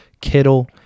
Kittle